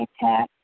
attack